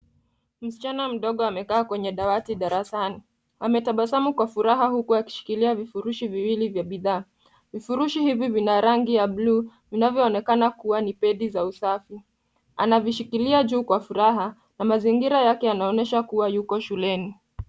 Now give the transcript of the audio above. Msichana mdogo amekaa kwenye dawati darasani. Ametabasamu kwa furaha huku akishikilia vifurushi viwili vya bidhaa. Vifurushi hivi vina rangi ya blue , vinavyoonekana kuwa ni pedi za usafi. Anavishikilia juu kwa furaha na mazingira yake yanaonyesha kuwa yuko shuleni.